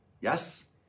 yes